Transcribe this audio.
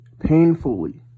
painfully